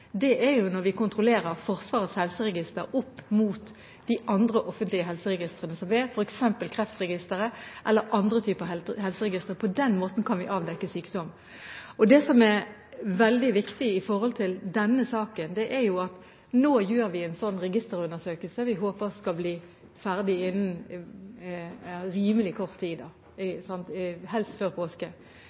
Forsvarets helseregister opp mot de andre offentlige helseregistrene som finnes, f.eks. kreftregisteret eller andre typer helseregister. På den måten kan vi avdekke sykdom. Det som er veldig viktig i denne saken, er at vi nå gjør en sånn registerundersøkelse. Vi håper at den skal bli ferdig om rimelig kort tid, helst før påske.